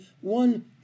one